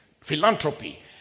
philanthropy